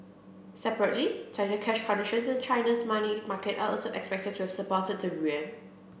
separately tighter cash conditions in China's money market are also expected to have supported the yuan